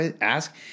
ask